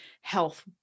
health